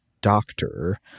doctor